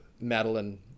Madeline